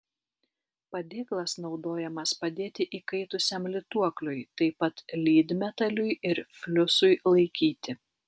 padėklas naudojamas padėti įkaitusiam lituokliui taip pat lydmetaliui ir fliusui laikyti